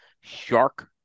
Shark